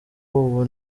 ubu